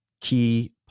key